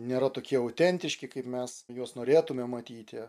nėra tokie autentiški kaip mes juos norėtumėm matyti